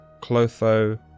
Clotho